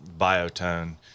Biotone